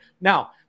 Now